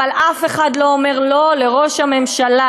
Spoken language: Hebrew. אבל אף אחד לא אומר לא לראש הממשלה.